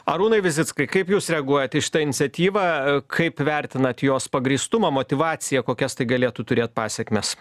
arūnai vizickai kaip jūs reaguojat į šitą iniciatyvą kaip vertinat jos pagrįstumą motyvaciją kokias tai galėtų turėt pasekmes